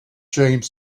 james